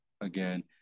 Again